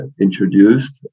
introduced